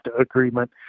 agreement